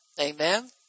Amen